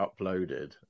uploaded